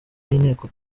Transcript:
y’inteko